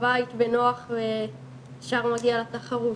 בבית בנוח וישר מגיע לתחרות,